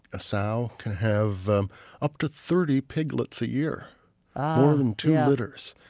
a sow, can have up to thirty piglets a year born in two litters.